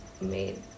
made